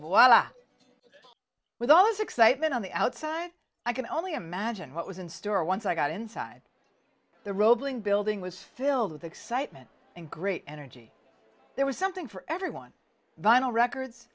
this excitement on the outside i can only imagine what was in store once i got inside the roebling building was filled with excitement and great energy there was something for everyone vinyl records